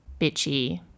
bitchy